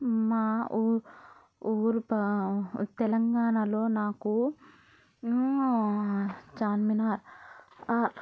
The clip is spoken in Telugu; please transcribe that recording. మా ఊరు ఊరు పా తెలంగాణలో నాకు చార్మినార్